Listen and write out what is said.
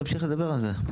נמשיך לדבר על זה.